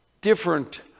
different